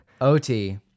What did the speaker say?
Ot